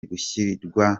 gushyigikirwa